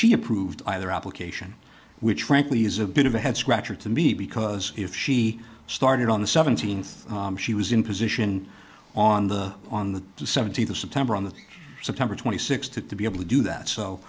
she approved either application which frankly is a bit of a head scratcher to me because if she started on the seventeenth she was in position on the on the seventeenth of september on that september twenty sixth had to be able to do that so